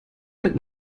mit